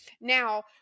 Now